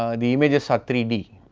um the images are three d,